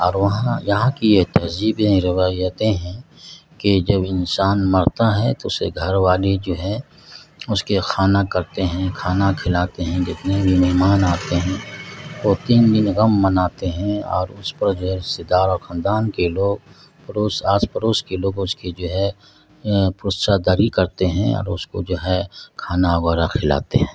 اور وہاں یہاں کی یہ تہذیبیں روایتیں ہیں کہ جب انسان مرتا ہے تو اسے گھر والے جو ہے اس کے خانا کرتے ہیں کھانا کھلاتے ہیں جتنے بھی مہمان آتے ہیں وہ تین دن غم مناتے ہیں اور اس پر جو ہے رشتتے دار اور خاندان کے لوگ پوس آس پڑوس کے لوگ اس کی جو ہے پرسہ داری کرتے ہیں اور اس کو جو ہے کھانا وغیرہ کھلاتے ہیں